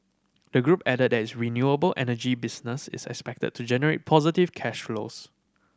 the group added that its renewable energy business is expected to generate positive cash flows